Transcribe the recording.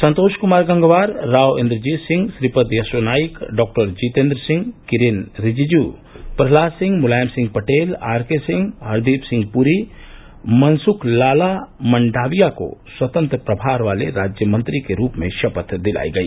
संतोष कुमार गंगवार राव इन्द्रजीत सिंह श्रीपद यसो नाईक डॉ जितेन्द्र सिंह किरेन रिजिजू प्रहलाद सिंह मुलायम सिंह पटेल आरके सिंह हरदीप सिंह पुरी मनसुख लाला मंडाविया को स्वतंत्र प्रभार वाले राज्य मंत्री के रूप में शपथ दिलाई गई